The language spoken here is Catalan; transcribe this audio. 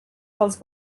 pels